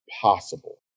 possible